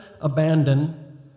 abandon